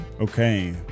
Okay